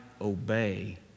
obey